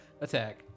Attack